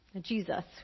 Jesus